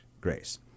Grace